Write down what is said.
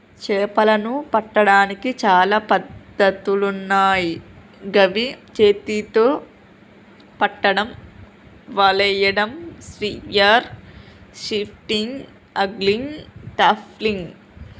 చేపలను పట్టడానికి చాలా పద్ధతులున్నాయ్ గవి చేతితొ పట్టడం, వలేయడం, స్పియర్ ఫిషింగ్, ఆంగ్లిగ్, ట్రాపింగ్